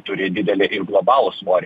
turi didelį ir globalų svorį